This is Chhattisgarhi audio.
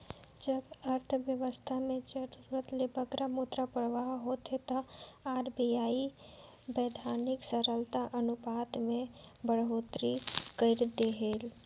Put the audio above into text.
जब अर्थबेवस्था में जरूरत ले बगरा मुद्रा परवाह होथे ता आर.बी.आई बैधानिक तरलता अनुपात में बड़होत्तरी कइर देथे